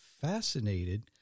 fascinated